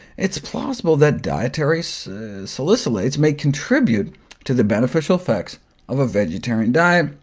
it's plausible that dietary so salicylates may contribute to the beneficial effects of a vegetarian diet,